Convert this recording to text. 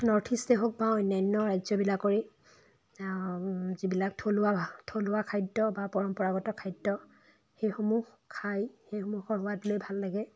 north ইষ্টেই হওক বা অন্যান্য ৰাজ্যবিলাকৰে যিবিলাক থলুৱা ভা থলুৱা খাদ্য বা পৰম্পৰাগত খাদ্য সেইসমূহ খাই সেইসমূহৰ সোৱাদ লৈ ভাল লাগে